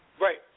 Right